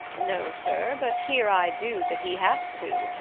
no, sir, but hear i do that he hath two,